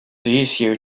easier